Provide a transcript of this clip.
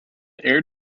air